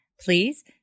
Please